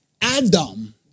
Adam